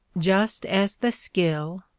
just as the skill,